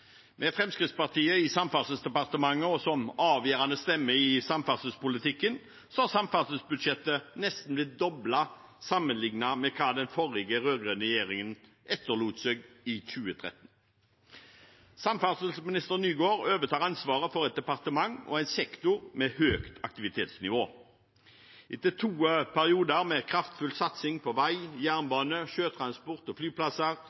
Med Fremskrittspartiet i Samferdselsdepartementet og som avgjørende stemme i samferdselspolitikken har samferdselsbudsjettet nesten blitt doblet sammenlignet med hva den forrige rød-grønne regjeringen etterlot seg i 2013. Samferdselsminister Nygård overtar ansvaret for et departement og en sektor med høyt aktivitetsnivå. Etter to perioder med kraftfull satsing på vei, jernbane, sjøtransport og flyplasser